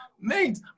mate